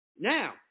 Now